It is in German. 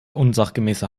unsachgemäßer